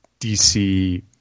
DC